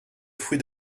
fruits